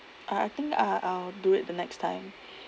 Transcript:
I I think I I'll do it the next time